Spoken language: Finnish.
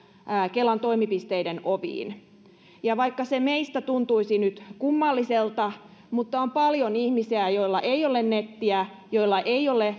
kelan toimipisteiden oviin ja vaikka se meistä tuntuisi nyt kummalliselta on paljon ihmisiä joilla ei ole